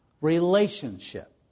relationship